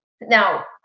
Now